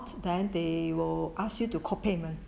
then they will ask you to co-payment